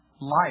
life